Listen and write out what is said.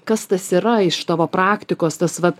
kas tas yra iš tavo praktikos tas vat